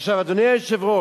עכשיו, אדוני היושב-ראש,